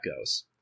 goes